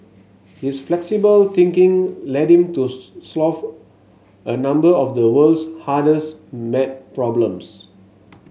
his flexible thinking led him to solve a number of the world's hardest maths problems